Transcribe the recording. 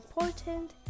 important